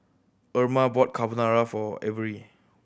Erma bought Carbonara for Avery